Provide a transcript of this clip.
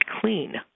clean